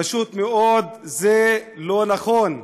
פשוט מאוד זה לא נכון.